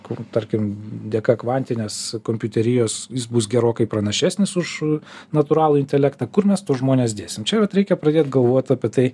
kur tarkim dėka kvantinės kompiuterijos jis bus gerokai pranašesnis už natūralų intelektą kur mes tuos žmones dėsim čia vat reikia pradėt galvot apie tai